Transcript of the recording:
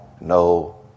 no